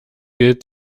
gilt